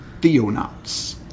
Theonauts